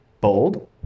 Bold